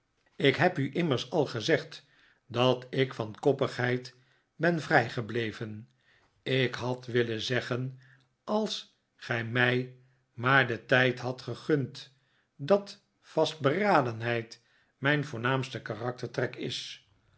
ik heb u immers al gezegd dat ik van koppigheid ben vrij gebleven ik had willen zeggen als gij mij maar den tijd hadt gegund dat vastberadenheid mijn voornaamste karaktertrek is